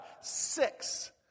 Six